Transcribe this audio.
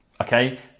Okay